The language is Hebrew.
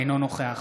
אינו נוכח